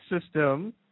system